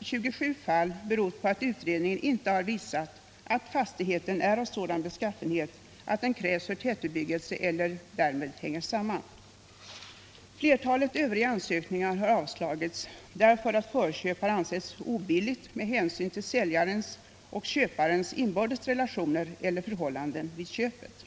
27 fall berott på att utredningen inte har visat att fastigheten är av sådan beskaffenhet att den krävs för tätbebyggelse eller vad därmed hänger samman. Flertalet övriga ansökningar har avslagits därför att förköp har ansetts obilligt med hänsyn till säljarens och köparens inbördes relationer eller förhållanden vid köpet.